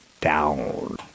down